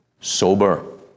Sober